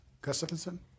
Gustafson